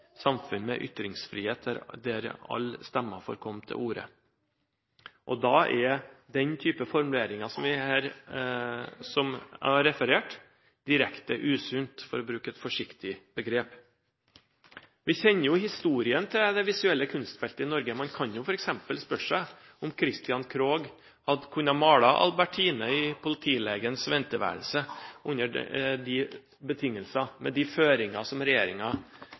samfunn med ytringsfrihet der alle stemmer får komme til orde. Da er den type formuleringer som jeg har referert, direkte usunt – for å bruke et forsiktig begrep. Vi kjenner historien til det visuelle kunstfeltet i Norge. Man kan f.eks. spørre seg om Christian Krohg hadde kunnet male «Albertine i politilægens venteværelse» under de betingelser – hvis man hadde hatt en regjering som